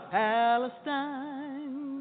palestine